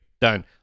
done